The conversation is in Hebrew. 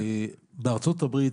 בארצות הברית,